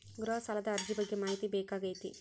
ಗೃಹ ಸಾಲದ ಅರ್ಜಿ ಬಗ್ಗೆ ಮಾಹಿತಿ ಬೇಕಾಗೈತಿ?